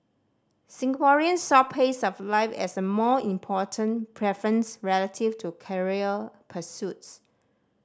Singaporeans saw pace of life as a more important preference relative to career pursuits